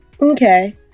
Okay